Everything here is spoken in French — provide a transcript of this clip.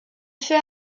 fait